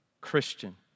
Christian